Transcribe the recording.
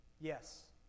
Yes